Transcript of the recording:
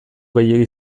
gehiegi